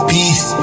Peace